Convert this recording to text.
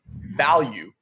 value